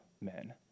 men